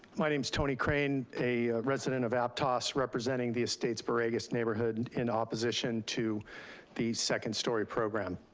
my name's tony crane, a resident of aptos, representing the estates baragas neighborhood in opposition to the second story program.